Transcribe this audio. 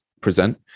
present